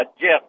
Jeff